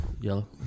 Yellow